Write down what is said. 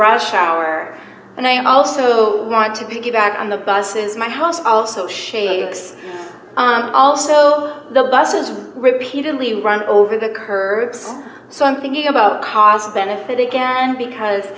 rush hour and i also want to get back on the bus is my house also shakes also the buses repeatedly run over the curbs so i'm thinking about the cost benefit again because